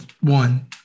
one